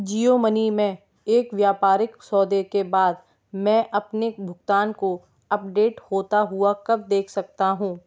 जियो money में एक व्यापारिक सौदे के बाद मैं अपने भुगतान को अपडेट होता हुआ कब देख सकता हूँ